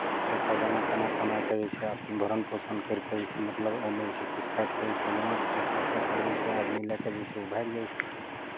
पैसा जेना तेना कमा कऽ जे छै अपन भरण पोषण करि कऽ जे छै मतलब ओहिमे जे छै किछु काटि कऽ जे छै जमा करै छै आ ताहिपर जे छै आदमी लए कऽ जे छै ओ भागि जाइ छै